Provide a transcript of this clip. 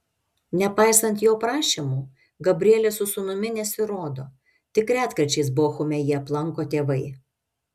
nepaisant jo prašymų gabrielė su sūnumi nesirodo tik retkarčiais bochume jį aplanko tėvai